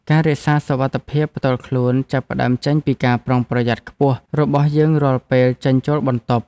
ការរក្សាសុវត្ថិភាពផ្ទាល់ខ្លួនចាប់ផ្តើមចេញពីការប្រុងប្រយ័ត្នខ្ពស់របស់យើងរាល់ពេលចេញចូលបន្ទប់។